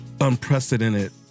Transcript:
unprecedented